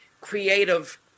creative